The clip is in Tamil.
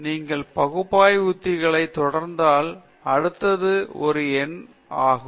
எனவே நீங்கள் பகுப்பாய்வு உத்திகளிலிருந்து தொடர்ந்தால் அடுத்தது ஒரு எண் ஆகும்